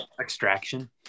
Extraction